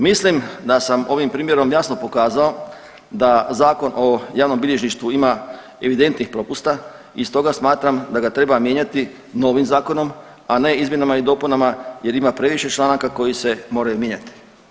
Mislim da sam ovim primjerom jasno pokazao da Zakon o javnom bilježništvu ima evidentnih propusta i stoga smatram da ga treba mijenjati novim zakonom a ne izmjenama i dopunama jer ima previše članaka koji se moraju mijenjati.